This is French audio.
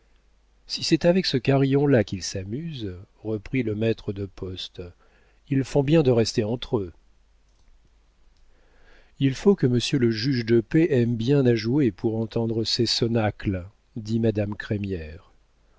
si c'est avec ce carillon là qu'ils s'amusent reprit le maître de poste ils font bien de rester entre eux il faut que monsieur le juge de paix aime bien à jouer pour entendre ces sonacles dit madame crémière